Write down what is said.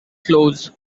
close